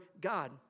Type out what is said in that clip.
God